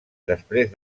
després